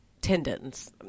tendons